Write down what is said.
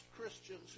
Christians